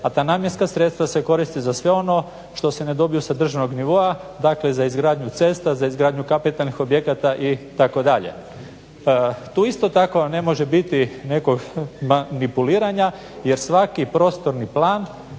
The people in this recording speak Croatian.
a ta namjenska sredstva se koriste za sve ono što se ne dobije sa državnog nivoa. Dakle, za izgradnju cesta, za izgradnju kapitalnih objekata itd. Tu isto tako ne može biti nekog manipuliranja jer svaki prostorni plan